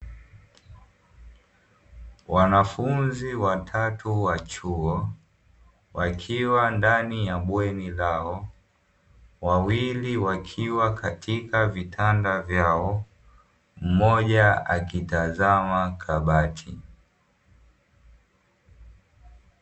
Wanafunzi watatu wa chuo wakiwa ndani ya bweni lao, wawili wakiwa katika vitanda vyao, mmoja akitazama kabati.